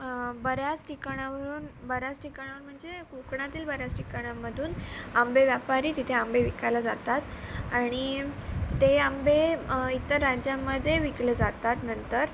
बऱ्याच ठिकाणावरून बऱ्याच ठिकाणाहून म्हणजे कोकणातील बऱ्याच ठिकाणामधून आंबे व्यापारी तिथे आंबे विकायला जातात आणि ते आंबे इतर राज्यांमध्ये विकले जातात नंतर